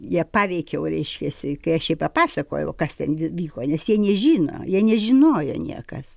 ją paveikiau reiškiasi kai aš jai papasakojau kas ten vi vyko nes jie nežino jie nežinojo niekas